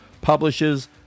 publishes